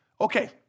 okay